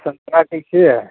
संतरा कैसे है